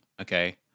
okay